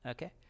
Okay